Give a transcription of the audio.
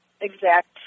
exact